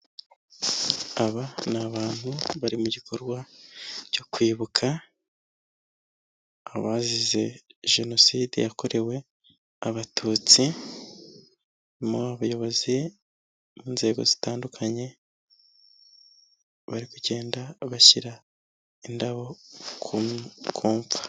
Aba ni abantu bari mu gikorwa cyo kwibuka abazize jenoside yakorewe abatutsi mu bayobozi mu nzego zitandukanye, bari kugenda bashyira indabo ku mva.